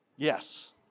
Yes